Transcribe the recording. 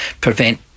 prevent